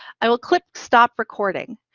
i will click stop recording.